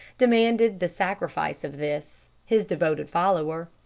demanded the sacrifice of this, his devoted follower.